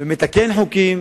ומתקן חוקים